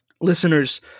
listeners